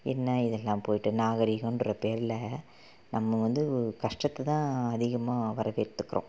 என்ன இதெல்லாம் போய்ட்டு நாகரிகோன்ற பேரில் நம்ம வந்து ஒரு கஷ்டத்தை தான் அதிகமாக வரவேற்றுக்குறோம்